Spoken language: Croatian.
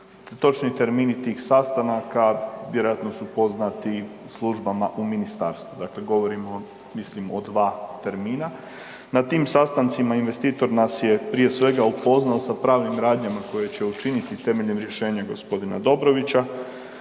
Točni termini tih sastanaka vjerojatno su poznati službama u ministarstvu, dakle govorimo mislim o 2 termina. Na tim sastancima investitor nas je prije svega upoznao sa pravnim radnjama koje će učiniti temeljem rješenja gospodina Dobrovića,